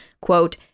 quote